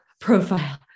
profile